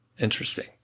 Interesting